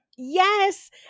yes